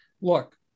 look